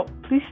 please